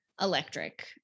electric